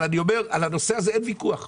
אין חיה כזאת.